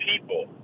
people